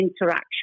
interaction